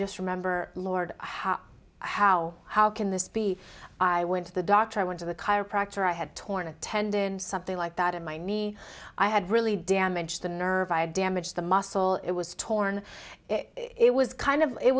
just remember lord how how can this be i went to the doctor i went to the chiropractor i had torn a tendon something like that in my knee i had really damaged the nerve damage the muscle it was torn it was kind